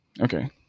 Okay